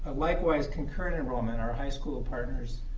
likewise, concurrent enrollment, our high-school partners.